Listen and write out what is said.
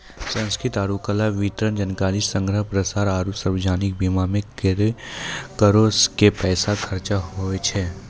संस्कृति आरु कला, वितरण, जानकारी संग्रह, प्रसार आरु सार्वजनिक बीमा मे करो के पैसा खर्चा होय छै